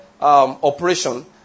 operation